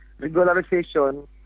regularization